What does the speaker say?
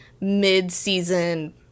mid-season